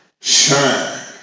shine